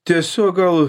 tiesiog gal